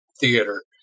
theater